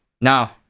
now